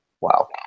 Wow